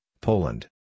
Poland